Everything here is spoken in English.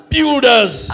Builders